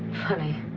funny.